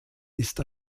ist